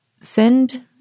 Send